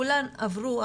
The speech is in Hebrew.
כולן עברו הכשרה?